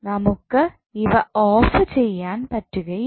നമുക്ക് ഇവ ഓഫ് ചെയ്യാൻ പറ്റുകയില്ല